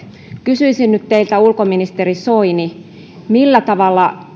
kysyisin nyt teiltä ulkoministeri soini millä tavalla